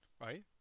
right